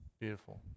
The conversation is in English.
Beautiful